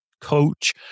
coach